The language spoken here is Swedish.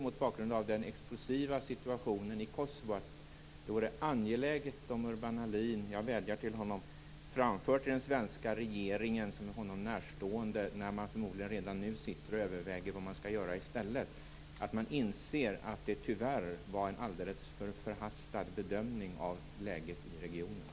Mot bakgrund av den explosiva situationen i Kosovo vädjar jag till Urban Ahlin: Redan nu sitter förmodligen regeringen och överväger vad man skall göra i stället. Jag tror att det vore angeläget att Urban Ahlin framförde till den svenska regeringen, som är honom närstående, att detta tyvärr var en alldeles förhastad bedömning av läget i regionen.